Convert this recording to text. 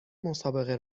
مسابقه